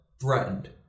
threatened